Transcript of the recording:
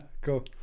Cool